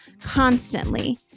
constantly